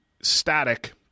static